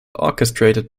orchestrated